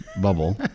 bubble